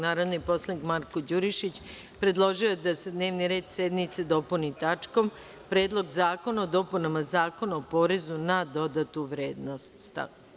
Narodni poslanik Marko Đurišić predložio je da se dnevni red sednice dopuni tačkom Predlog zakona o dopunama Zakona o porezu na dodatnu vrednost.